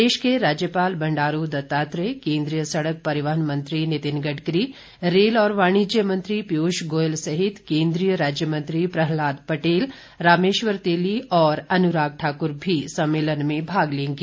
प्रदेश के राज्यपाल बंडारू दत्तात्रेय केंद्रीय सड़क परिवहन मंत्री नितिन गडकरी रेल और वाणिज्य मंत्री पीयूष गोयल सहित केंद्रीय राज्यमंत्री प्रह्लाद पटेल रामेश्वर तेली और अनुराग ठाकुर भी सम्मेलन में भाग लेंगे